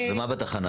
ומה היה בתחנה?